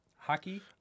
Hockey